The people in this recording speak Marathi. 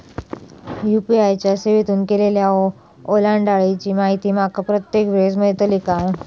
यू.पी.आय च्या सेवेतून केलेल्या ओलांडाळीची माहिती माका प्रत्येक वेळेस मेलतळी काय?